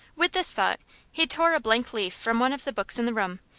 with this thought he tore a blank leaf from one of the books in the room,